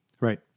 Right